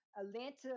Atlanta